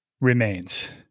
Remains